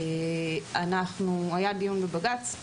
היה דיון בבג"ץ,